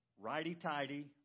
Righty-tighty